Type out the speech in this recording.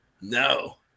no